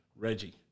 Reggie